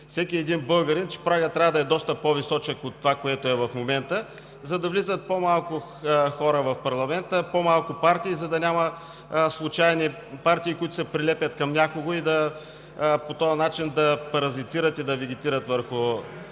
всеки един българин, че прагът трябва да е доста по-височък от това, което е в момента, за да влизат по-малко хора в парламента, по-малко партии, за да няма случайни партии, които се прилепят към някого и по този начин да паразитират, да вегетират върху